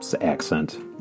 accent